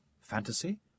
Fantasy